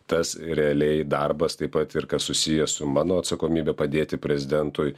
tas realiai darbas taip pat ir kas susiję su mano atsakomybe padėti prezidentui